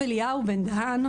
הרב אליהו בן דהן,